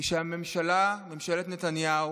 היא שממשלת נתניהו,